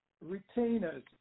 retainers